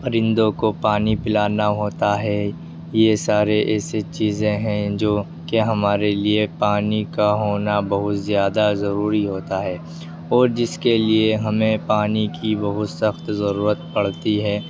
پرندوں کو پانی پلانا ہوتا ہے یہ سارے ایسے چیزیں ہیں جو کہ ہمارے لیے پانی کا ہونا بہت زیادہ ضروری ہوتا ہے اور جس کے لیے ہمیں پانی کی بہت سخت ضرورت پڑتی ہے